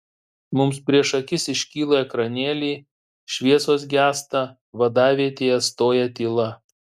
mums prieš akis iškyla ekranėliai šviesos gęsta vadavietėje stoja tyla